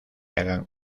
hagan